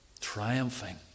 Triumphing